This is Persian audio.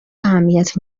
اهمیت